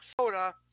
soda